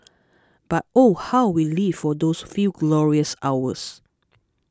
but oh how we lived for those few glorious hours